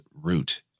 root